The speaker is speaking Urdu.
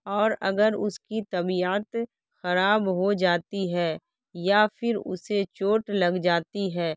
اور اگر اس کی طبیعت خراب ہو جاتی ہے یا پھر اسے چوٹ لگ جاتی ہے